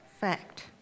fact